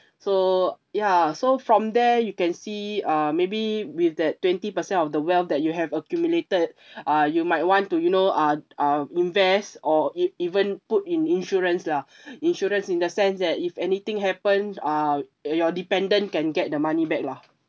so ya so from there you can see uh maybe with that twenty percent of the wealth that you have accumulated uh you might want to you know uh uh invest or e~ even put in insurance lah insurance in the sense that if anything happens uh y~ your dependent can get the money back lah